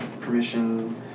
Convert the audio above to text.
permission